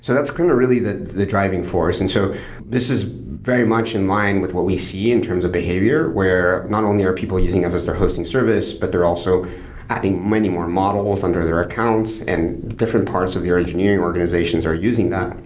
so that's really the the driving force and so this is very much in-line with what we see in terms of behavior, where not only are people using it as their hosting service, but they're also adding many more models under their accounts and different parts of their engineering organizations are using that,